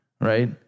right